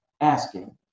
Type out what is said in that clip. asking